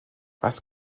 was